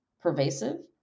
pervasive